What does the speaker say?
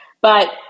But-